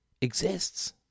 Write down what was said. exists